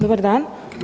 Dobar dan.